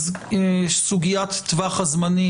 אז סוגיית טווח הזמנים,